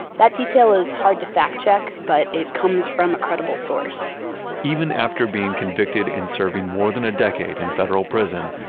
that detail is hard to fact-check, but it comes from a credible source even after being convicted and serving more than a decade in federal prison,